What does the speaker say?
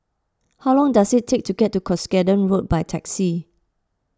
how long does it take to get to Cuscaden Road by taxi